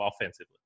offensively